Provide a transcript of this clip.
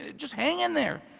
just hang in there.